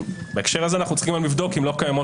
בהקשר הזה אנחנו צריכים לבדוק האם לא קיימות